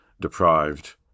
deprived